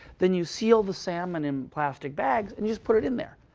then you seal the salmon in plastic bags. and you just put it in there.